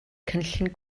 cynllun